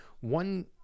one